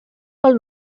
pel